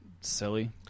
silly